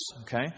Okay